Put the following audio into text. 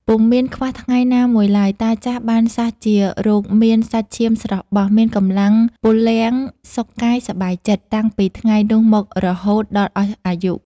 ពុំមានខ្វះថ្ងៃណាមួយឡើយ តាចាស់បានសះជារោគមាន សាច់ឈាមស្រស់បស់ មានកម្លាំងពលំ សុខកាយសប្បាយចិត្ត តាំងពីថ្ងៃនោះមករហូត ដល់អស់អាយុ ។